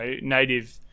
native